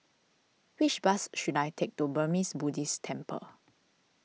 which bus should I take to Burmese Buddhist Temple